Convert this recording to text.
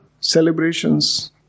celebrations